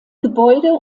gebäude